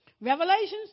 Revelations